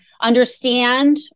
Understand